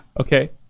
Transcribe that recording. Okay